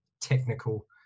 technical